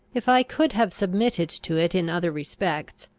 if i could have submitted to it in other respects,